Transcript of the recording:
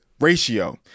Ratio